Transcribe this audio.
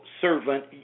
servant